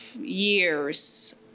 years